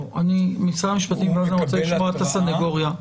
משרד המשפטים, ואז נשמע את הסניגוריה.